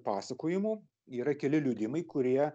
pasakojimų yra keli liudijimai kurie